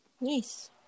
nice